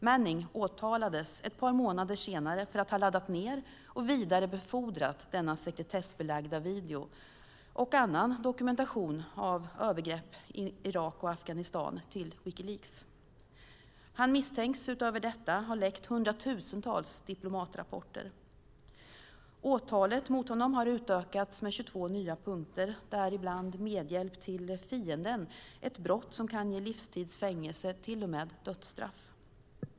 Manning åtalades ett par månader senare för att ha laddat ned och vidarebefordrat denna sekretessbelagda video och annan dokumentation av övergrepp i Irak och Afghanistan till Wikileaks. Han misstänks utöver detta ha läckt hundratusentals diplomatrapporter. Åtalet mot honom har utökats med 22 nya punkter, däribland medhjälp till fienden, ett brott som kan ge livstids fängelse och till och med dödsstraff.